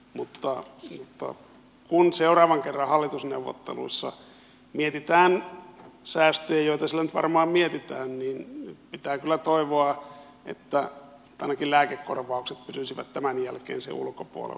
mutta kun seuraavan kerran hallitusneuvotteluissa mietitään säästöjä joita siellä varmaan mietitään pitää kyllä toivoa että ainakin lääkekorvaukset pysyisivät tämän jälkeen sen ulkopuolella